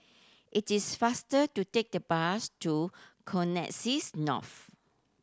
it is faster to take the bus to Connexis North